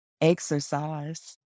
exercise